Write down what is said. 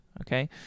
okay